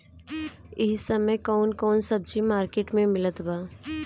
इह समय कउन कउन सब्जी मर्केट में मिलत बा?